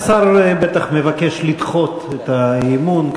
השר בטח מבקש לדחות את האי-אמון,